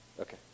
Okay